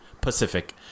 Pacific